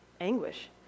anguish